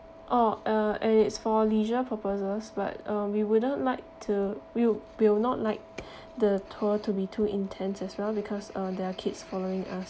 oh uh and it's for leisure purposes but uh we wouldn't like to we'll~ we'll not like the tour to be too intense as well because uh there're kids following us